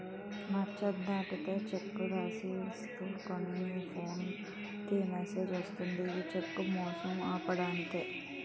నచ్చ దాటితే చెక్కు రాసి ఇచ్చేవనుకో నీ ఫోన్ కి మెసేజ్ వస్తది ఇది చెక్కు మోసాలు ఆపడానికే